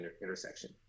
intersection